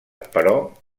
però